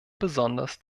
besonders